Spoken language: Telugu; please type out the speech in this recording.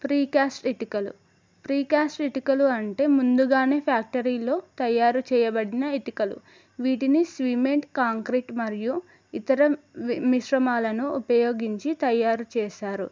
ప్రీకాస్ట్ ఇటుకలు ప్రీకాస్ట్ ఇటుకలు అంటే ముందుగానే ఫ్యాక్టరీలో తయారు చెయ్యబడిన ఇటుకలు వీటిని సిమెంట్ కాంక్రీట్ మరియు ఇతర మిశ్రమాలను ఉపయోగించి తయారు చేశారు